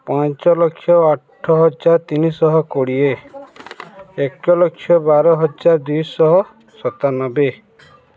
ପାଞ୍ଚ ଲକ୍ଷ ଆଠ ହଜାର ତିନିଶହ କୋଡ଼ିଏ ଏକଲକ୍ଷ ବାର ହଜାର ଦୁଇଶହ ସତାନବେ